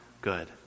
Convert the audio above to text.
good